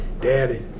Daddy